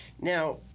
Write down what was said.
Now